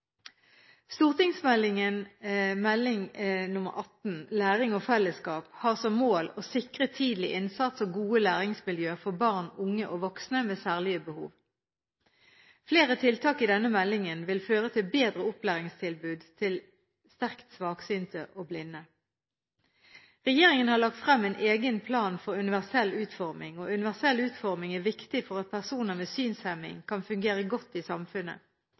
Stortingsmeldingen – Meld. St. 18 for 2010–2011 – Læring og fellesskap har som mål å sikre tidlig innsats og gode læringsmiljøer for barn, unge og voksne med særlige behov. Flere tiltak i denne meldingen vil føre til bedre opplæringstilbud til sterkt svaksynte og blinde. Regjeringen har lagt frem en egen plan for universell utforming. Universell utforming er viktig for at personer med synshemning kan fungere godt i samfunnet.